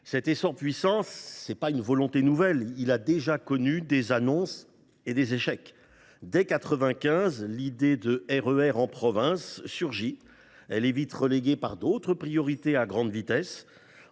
Cet essor puissant ne correspond pas à une volonté nouvelle, mais a déjà connu des annonces et des échecs. Dès 1995, l’idée de RER en province surgit, mais elle est vite reléguée par d’autres priorités à grande vitesse.